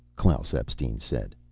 klaus epstein said.